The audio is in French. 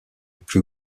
plus